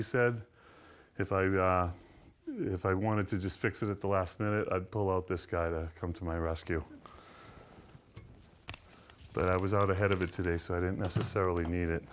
you said if i if i wanted to just fix it at the last minute i'd pull out this guy to come to my rescue but i was out ahead of it today so i didn't necessarily need it